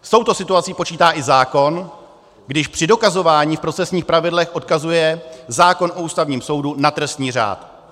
S touto situací počítá i zákon, když při dokazování v procesních pravidlech odkazuje zákon o Ústavním soudu na trestní řád.